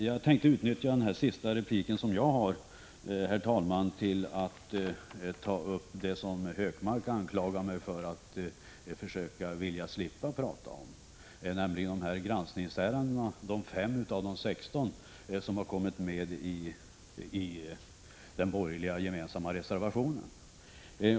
Jag tänkte utnyttja denna min sista replik till att ta upp det som Gunnar Hökmark anklagar mig för att vilja slippa prata om, nämligen de 5 granskningsärenden av de 16 som kommit med i den gemensamma borgerliga reservationen.